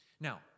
Now